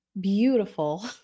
beautiful